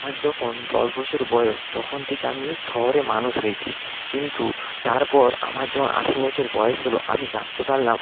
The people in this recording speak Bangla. যখন দশ বছর বয়স তখন থেকে আমি শহরে মানুষ হয়েছি কিন্তু তারপর আমার যখন আঠেরো বছর বয়েস হল আমি জানতে পারলাম